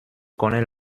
connais